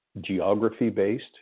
geography-based